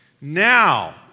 now